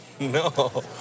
No